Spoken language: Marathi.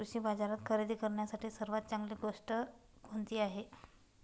कृषी बाजारात खरेदी करण्यासाठी सर्वात चांगली गोष्ट कोणती आहे?